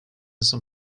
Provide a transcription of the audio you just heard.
some